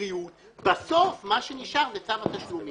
לבריאות ובסוף, מה שנשאר זה צו התשלומים.